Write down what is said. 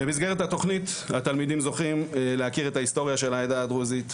במסגרת התוכנית התלמידים זוכים להכיר את ההיסטוריה של העדה הדרוזית,